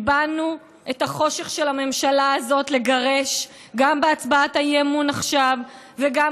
כי באנו את החושך של הממשלה הזאת לגרש גם בהצבעת האי-אמון עכשיו וגם,